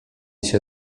się